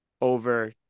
over